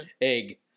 Egg